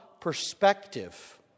perspective